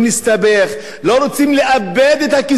לא רוצים לאבד את הכיסא שלהם בגלל זה.